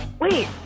Wait